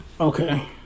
Okay